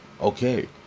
okay